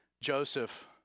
Joseph